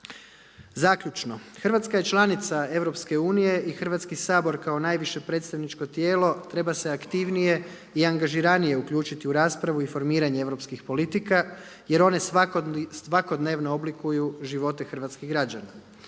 Zaključno. Hrvatska je članica Europske unije i Hrvatski sabor kao najviše najviše predstavničko tijelo treba se aktivnije i angažiranije uključiti u raspravu i informiranje europskih politika jer one svakodnevno oblikuju živote hrvatskih građana.